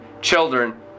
children